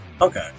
Okay